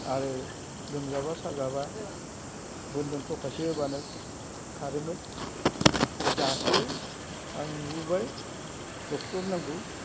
आरो लोमजाब्ला साजाब्ला बोन्दों थखासे होब्लानो खारोमोन नै दासो आं नुबोबाय ड'क्टर नांगौ